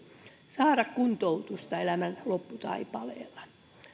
saada kuntoutusta elämän lopputaipaleella